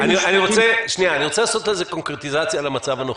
רוצה לעשות לזה קונקרטיזציה למצב הנוכחי.